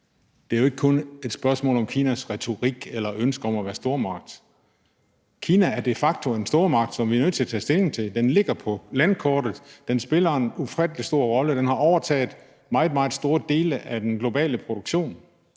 Det er jo ikke kun et spørgsmål om Kinas retorik eller ønske om at være stormagt. Kina er de facto en stormagt, som vi er nødt til at tage stilling til – den ligger på landkortet, den spiller en ufattelig stor rolle, og den har overtaget meget, meget store dele af den globale produktion.